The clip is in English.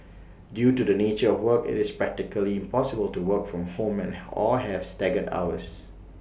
due to the nature of work IT is practically impossible to work from home and or have staggered hours